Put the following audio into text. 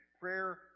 prayer